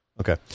Okay